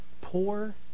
poor